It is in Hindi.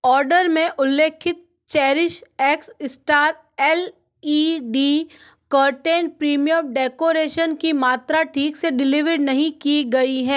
ऑर्डर में उल्लेखित cherish x star L E D curtain premium decoration की मात्रा ठीक से डिलीवर नहीं की गई है